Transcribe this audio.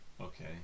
Okay